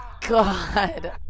God